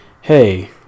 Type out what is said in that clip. Hey